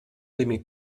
límit